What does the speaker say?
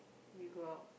we go out